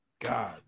God